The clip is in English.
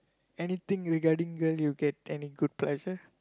anything regarding girl you get any good pleasure